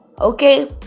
okay